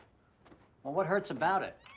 well what hurts about it?